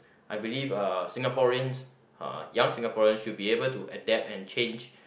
I believe uh Singaporeans uh young Singaporeans should be able to adapt and change